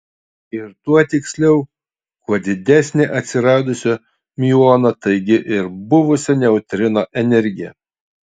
ir tuo tiksliau kuo didesnė atsiradusio miuono taigi ir buvusio neutrino energija